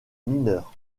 mineures